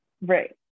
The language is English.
right